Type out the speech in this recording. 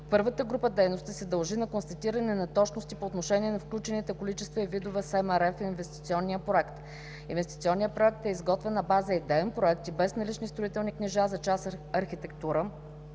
Първата група дейности се дължи на констатирани неточности по отношение на включените количества и видове СМР в инвестиционния проект. Инвестиционният проект е изготвен на база „идеен“ проект и без налични строителни книжа за част „Архитектура“,